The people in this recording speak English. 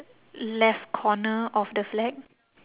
left corner of the flag